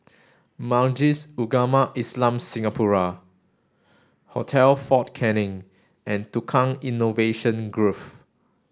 Majlis Ugama Islam Singapura Hotel Fort Canning and Tukang Innovation Grove